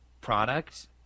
product